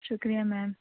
شکریہ میم